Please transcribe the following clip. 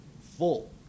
full